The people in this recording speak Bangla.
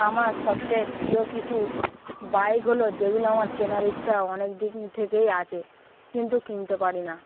আমার সবথয়ে প্রিয় কিছু বাইক হলো যেগুলো আমার কেনার ইচ্ছা অনেক দিন থেকেই আছে কিন্তু কিনতে পারি না